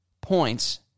points